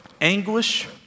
anguish